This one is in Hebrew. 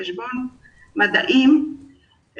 חשבון ומדעים,